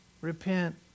Repent